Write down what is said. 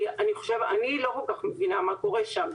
כי אני לא כל כך מבינה מה קורה שם.